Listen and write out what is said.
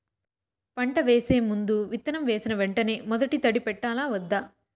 పంట వేసే ముందు, విత్తనం వేసిన వెంటనే మొదటి తడి పెట్టాలా వద్దా?